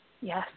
Yes